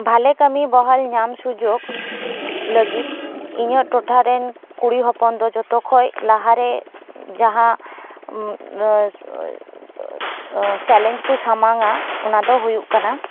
ᱵᱷᱟᱞᱮ ᱠᱟᱹᱢᱤ ᱵᱚᱦᱟᱞ ᱧᱟᱢ ᱥᱩᱡᱳᱜᱽ ᱞᱟᱹᱜᱤᱫ ᱤᱧᱟᱹᱜ ᱴᱚᱴᱷᱟᱨᱮᱱ ᱠᱩᱲᱤ ᱦᱚᱯᱚᱱ ᱫᱚ ᱡᱚᱛᱚ ᱠᱷᱚᱡ ᱞᱟᱦᱟ ᱨᱮ ᱡᱟᱦᱟᱸ ᱪᱮᱞᱮᱧᱡᱽ ᱠᱚ ᱥᱟᱢᱟᱝᱟ ᱚᱱᱟ ᱫᱚ ᱦᱩᱭᱩᱜ ᱠᱟᱱᱟ